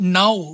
now